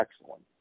excellent